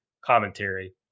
commentary